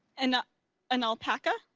and an alpaca?